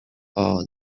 all